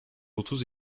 otuz